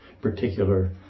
particular